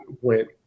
went